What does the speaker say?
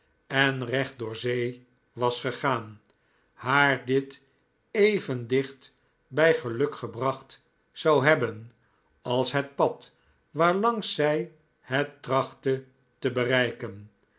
en recht door zee was gegaan haar dit even dicht bij geluk gebracht zou hebben als het pad waarlangs zij het trachtte te bereiken